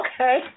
Okay